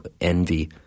Envy